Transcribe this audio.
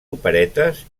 operetes